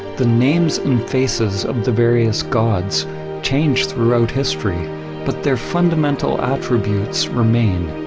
the names and faces of the various gods change throughout history but their fundamental attributes remain.